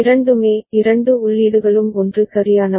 இரண்டுமே இரண்டு உள்ளீடுகளும் 1 சரியானவை